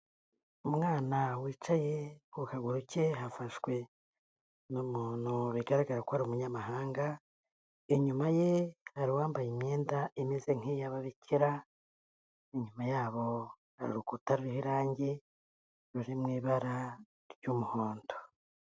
Umwana wicaye ku kaguru ke hafashwe n'umuntu bigaragara ko ari umunyamahanga, inyuma ye hari uwambaye imyenda imeze nk'iy'ababikira, inyuma yabo hari urukuta ruriho irange ruri mu ibara ry'umuhondo.